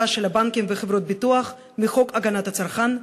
של הבנקים וחברות הביטוח מחוק הגנת הצרכן,